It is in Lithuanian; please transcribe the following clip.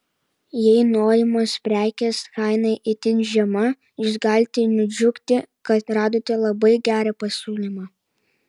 jei norimos prekės kaina itin žema jūs galite nudžiugti kad radote labai gerą pasiūlymą